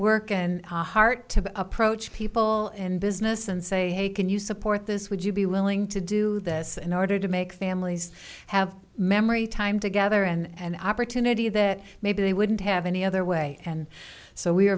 work and heart to approach people in business and say hey can you support this would you be willing to do this in order to make the families have memory time together and opportunity that maybe they wouldn't have any other way and so we are